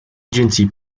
agency